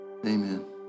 Amen